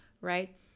right